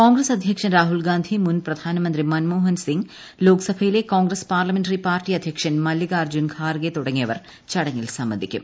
കോൺഗ്രസ് അധ്യക്ഷൻ രാഹുൽഗാന്ധി മുൻ പ്രധാനമന്ത്രി മൻമോഹൻ സിങ് ലോക്സഭയിലെ കോൺഗ്രസ് പാർലമെന്ററി പാർട്ടി അധ്യക്ഷൻ മല്ലികാർജ്ജുന ഖാർഗെ തുടങ്ങിയവർ ചടങ്ങിൽ സംബന്ധിക്കും